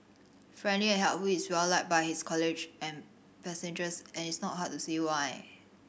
friendly and helpful he is well liked by his college and passengers and it's not hard to see why